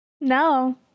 No